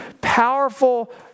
powerful